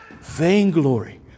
Vainglory